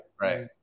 right